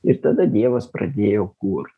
ir tada dievas pradėjo kurt